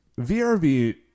VRV